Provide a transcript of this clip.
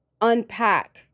unpack